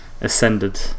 ascended